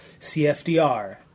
cfdr